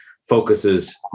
Focuses